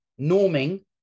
norming